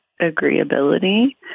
agreeability